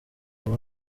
ngo